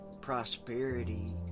prosperity